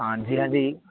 ਹਾਂਜੀ ਹਾਂਜੀ